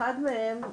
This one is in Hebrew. אחד מהם,